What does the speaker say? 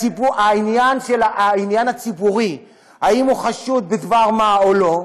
העניין הציבורי אם הוא חשוד בדבר מה או לא,